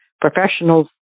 professionals